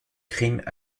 crimes